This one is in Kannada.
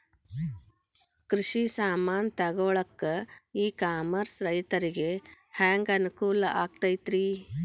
ಕೃಷಿ ಸಾಮಾನ್ ತಗೊಳಕ್ಕ ಇ ಕಾಮರ್ಸ್ ರೈತರಿಗೆ ಹ್ಯಾಂಗ್ ಅನುಕೂಲ ಆಕ್ಕೈತ್ರಿ?